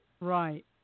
Right